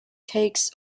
takes